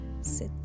sit